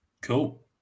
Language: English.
Cool